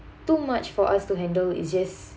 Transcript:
too much for us to handle it just